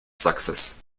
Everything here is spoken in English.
success